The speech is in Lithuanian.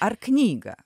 ar knygą